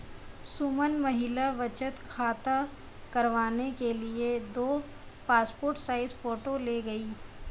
सुमन महिला बचत खाता करवाने के लिए दो पासपोर्ट साइज फोटो ले गई